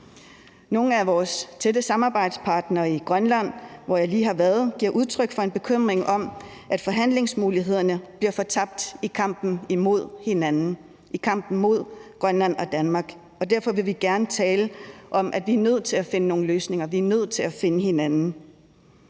Nogle af vores tætte samarbejdspartnere i Grønland, hvor jeg lige har været, giver udtryk for en bekymring for, at forhandlingsmulighederne fortabes i kampen mod hinanden, i kampen mod Grønland og mod Danmark. Og derfor vil vi gerne tale om, at vi er nødt til at finde nogle løsninger, og at vi er nødt til at finde hinanden.